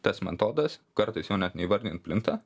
tas metodas kartais jo net neįvardijant plinta